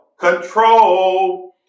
control